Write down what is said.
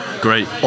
Great